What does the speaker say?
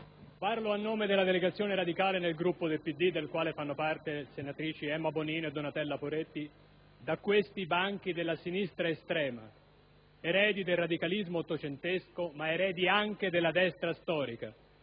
parlo a nome della delegazione radicale nel Gruppo del Partito Democratico, della quale fanno parte le senatrici Emma Bonino e Donatella Poretti, da questi banchi della sinistra estrema, eredi del radicalismo ottocentesco, ma eredi anche della destra storica,